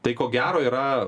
tai ko gero yra